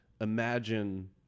imagine